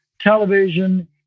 television